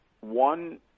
one